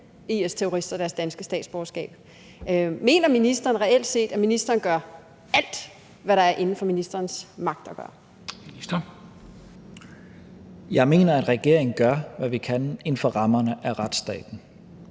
IS-terrorister deres danske statsborgerskab. Mener ministeren reelt set, at ministeren gør alt, hvad der er inden for ministerens magt at gøre? Kl. 13:47 Formanden (Henrik Dam Kristensen): Ministeren.